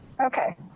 Okay